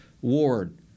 ward